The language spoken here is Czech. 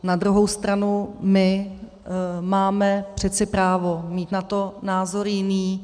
Na druhou stranu my máme přeci právo mít na to názor jiný.